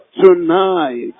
tonight